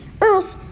Earth